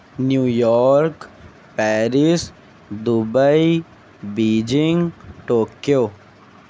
new York Paris Dubai Beijing Tokyo